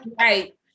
right